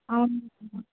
అవును